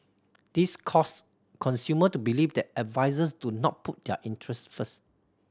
this caused consumer to believe that advisers do not put their interest first